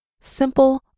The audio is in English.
simple